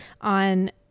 on